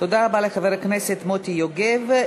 תודה רבה לחבר הכנסת מוטי יוגב.